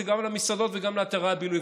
זה גם על המסעדות וגם על אתרי הבילוי.